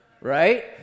right